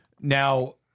now